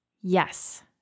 Yes